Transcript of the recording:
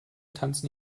tanzen